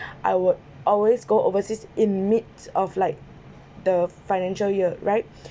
I would always go overseas in mid of like the financial year right